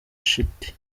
shiti